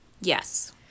yes